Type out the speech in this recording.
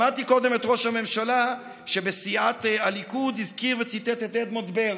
שמעתי קודם שראש הממשלה בסיעת הליכוד הזכיר וציטט את אדמונד ברק,